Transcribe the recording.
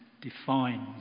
defines